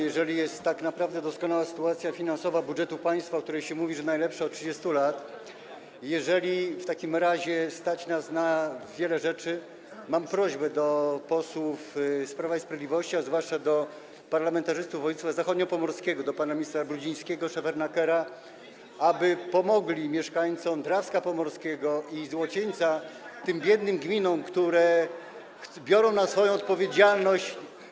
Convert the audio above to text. Jeżeli tak naprawdę jest doskonała sytuacja finansowa budżetu państwa, o której się mówi, że jest najlepsza od 30 lat, jeżeli w takim razie stać nas na wiele rzeczy, to mam prośbę do posłów z Prawa i Sprawiedliwości, a zwłaszcza do parlamentarzystów z województwa zachodniopomorskiego, do panów ministrów Brudzińskiego i Szefernakera, aby pomogli mieszkańcom Drawska Pomorskiego i Złocieńca, pomogli tym biednym gminom, które biorą na siebie odpowiedzialność.